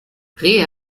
rehe